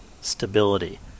stability